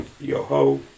Yo-ho